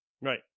Right